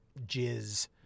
jizz